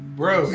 bro